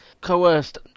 coerced